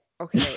okay